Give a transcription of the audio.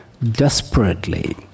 Desperately